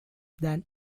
than